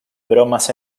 bromas